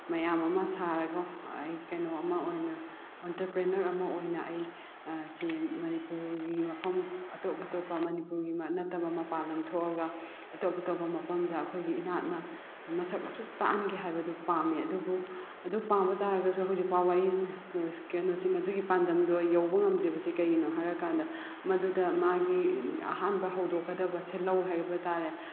ꯃꯌꯥꯝ ꯑꯃ ꯁꯥꯔꯒ ꯑꯩ ꯀꯩꯅꯣ ꯑꯃ ꯑꯣꯏꯅ ꯑꯣꯟꯇꯔꯄ꯭ꯔꯦꯅꯔ ꯑꯃ ꯑꯣꯏꯅ ꯑꯩ ꯁꯤ ꯃꯅꯤꯄꯨꯔꯒꯤ ꯃꯐꯝ ꯑꯇꯣꯞ ꯑꯇꯣꯞꯄ ꯃꯅꯤꯄꯨꯔꯒꯤ ꯅꯠꯇꯕ ꯃꯄꯥꯟꯂꯝ ꯊꯣꯛꯑꯒ ꯑꯇꯣꯞ ꯑꯇꯣꯞꯄ ꯃꯐꯝꯗ ꯑꯩꯈꯣꯏꯒꯤ ꯏꯅꯥꯠꯅ ꯃꯁꯛ ꯑꯁꯨꯛ ꯇꯥꯛꯍꯟꯒꯦ ꯍꯥꯏꯕꯗꯨ ꯄꯥꯝꯃꯤ ꯑꯗꯨꯕꯨ ꯑꯗꯨ ꯄꯥꯝꯕ ꯇꯥꯔꯒꯁꯨ ꯍꯧꯖꯤꯛ ꯐꯥꯎꯕ ꯑꯩ ꯀꯩꯅꯣꯁꯤ ꯃꯗꯨꯒꯤ ꯄꯥꯟꯗꯝꯗꯣ ꯌꯧꯕ ꯉꯝꯗ꯭ꯔꯤꯕꯁꯤ ꯀꯩꯒꯤꯅꯣ ꯍꯥꯏꯔꯀꯥꯟꯗ ꯃꯗꯨꯗ ꯃꯥꯒꯤ ꯑꯍꯥꯟꯕ ꯍꯧꯗꯣꯛꯀꯗꯕ ꯁꯦꯜꯍꯧ ꯍꯥꯏꯕ ꯇꯥꯔꯦ